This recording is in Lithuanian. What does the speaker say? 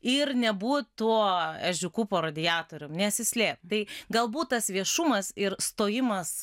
ir nebūt tuo ežiuku po radiatoriu nesislėpt tai galbūt tas viešumas ir stojimas